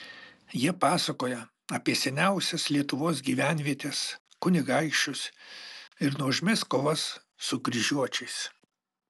jie pasakoja apie seniausias lietuvos gyvenvietes kunigaikščius ir nuožmias kovas su kryžiuočiais